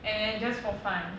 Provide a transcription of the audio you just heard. and then just for fun